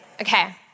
Okay